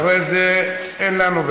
אחרי זה אין לנו,